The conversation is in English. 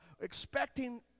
expecting